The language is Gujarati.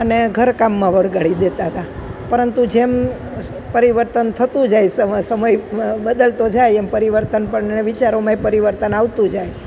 અને ઘર કામમાં વળગાડી દેતાં હતાં પરંતુ જેમ પરિવર્તન થતું જાય સમય બદલતો જાય એમ પરિવર્તન પણ અને વિચારોમાંય પરિવર્તન આવતું જાય